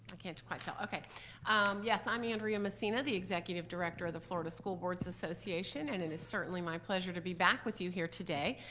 i can't quite tell. yes, i'm andrea messina, the executive director of the florida school boards association, and it is certainly my pleasure to be back with you here today.